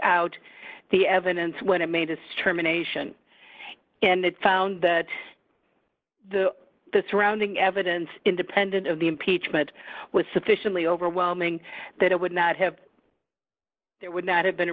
out the evidence when it made a stream a nation and it found that the the surrounding evidence independent of the impeachment was sufficiently overwhelming that it would not have there would not have been a